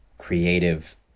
Creative